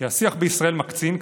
כי השיח בישראל מקצין,